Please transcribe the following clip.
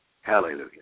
Hallelujah